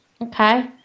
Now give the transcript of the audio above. Okay